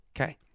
Okay